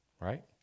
right